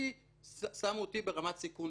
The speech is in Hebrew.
כי שמו אותי ברמת סיכון